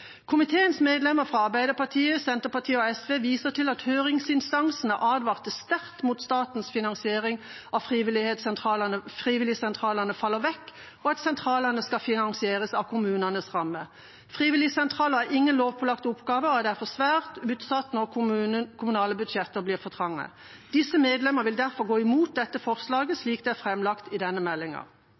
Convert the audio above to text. medlemmer fra Arbeiderpartiet, Senterpartiet og Sosialistisk Venstreparti viser til at høringsinstansene advarte sterkt mot at statens finansiering av frivilligsentralene faller vekk og at sentralene skal finansieres av kommunenes ramme. Frivilligsentraler er ingen lovpålagt oppgave og er derfor svært utsatt når kommunale budsjetter blir for trange. Disse medlemmer vil derfor gå imot dette forslaget slik det er framlagt i denne